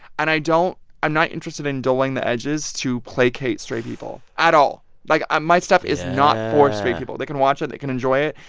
and i don't i'm not interested in dulling the edges to placate straight people at all. like, i my stuff. yeah. is not for straight people. they can watch it. they can enjoy it.